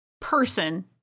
person